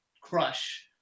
crush